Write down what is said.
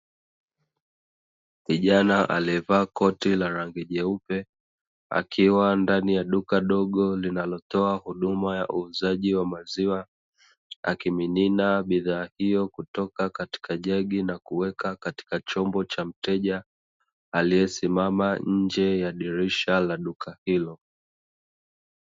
Kijana aliyevaa koti la rangi jeupe akiwa ndani ya duka dogo linalotoa huduma ya uuzaji wa maziwa, akimimina bidhaa hiyo kutoka katika jagi na kuweka katika chombo cha mteja aliyesimama nje ya dirisha la duka hilo.